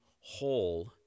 whole